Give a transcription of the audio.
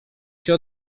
się